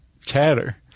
chatter